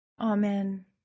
Amen